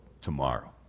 tomorrow